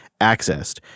accessed